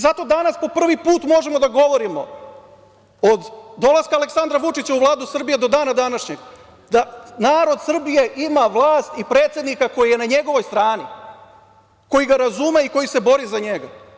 Zato danas po prvi put možemo da govorimo od dolaska Aleksandra Vučića u Vladu Srbije do dana današnjeg, da narod Srbije ima vlast i predsednika koji je na njegovoj strani, koji ga razume i koji se bori za njega.